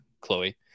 Chloe